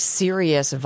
serious